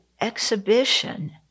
exhibition